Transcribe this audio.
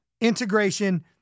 integration